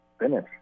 finish